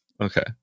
Okay